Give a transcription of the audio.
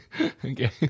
Okay